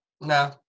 No